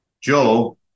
Joe